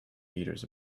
meters